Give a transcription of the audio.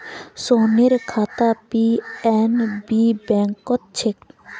सोहनेर खाता पी.एन.बी बैंकत छेक